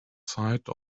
side